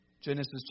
Genesis